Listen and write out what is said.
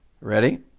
ready